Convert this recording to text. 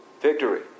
Victory